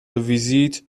ویزیت